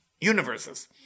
universes